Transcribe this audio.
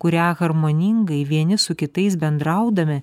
kurią harmoningai vieni su kitais bendraudami